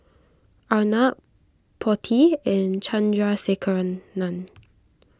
Arnab Potti and Chandrasekaran